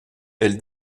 elle